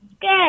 Good